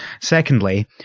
Secondly